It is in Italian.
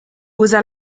usa